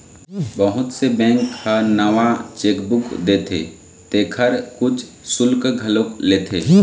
बहुत से बेंक ह नवा चेकबूक देथे तेखर कुछ सुल्क घलोक लेथे